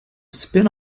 spin